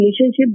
relationship